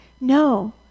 No